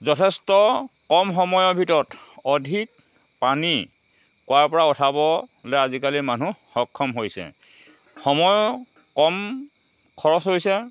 যথেষ্ট কম সময়ৰ ভিতৰত অধিক পানী কুঁৱাৰ পৰা উঠাবলৈ আজিকালি মানুহ সক্ষম হৈছে সময়ো কম খৰচ হৈছে